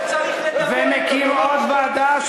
ומקים עוד ועדה,